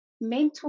mental